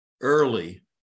early